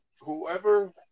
whoever